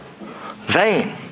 Vain